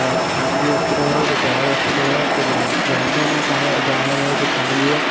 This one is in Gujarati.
ખાનગી હોસ્પિટલ હોય કે જાહેર હોસ્પિટલ હોય કે ગ્રામીણમાં સહાય જાહેર હોય કે ખાનગી હોય